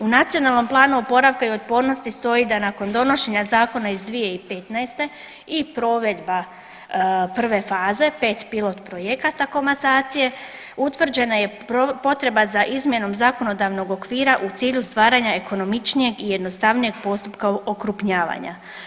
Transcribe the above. U Nacionalnom planu oporavka i otpornosti stoji da nakon donošenja zakona iz 2015. i provedba prve faze, pet pilot projekata komasacije utvrđena je potreba za izmjenom zakonodavnog okvira u cilju stvaranja ekonomičnijeg i jednostavnijeg postupka okrupnjavanja.